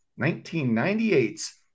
1998's